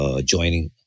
Joining